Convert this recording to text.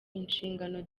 inshingano